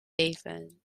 even